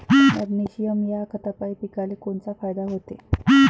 Magnesium ह्या खतापायी पिकाले कोनचा फायदा होते?